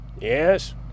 Yes